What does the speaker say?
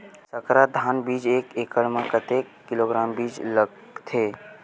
संकर धान बीज एक एकड़ म कतेक किलोग्राम बीज लगथे?